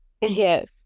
yes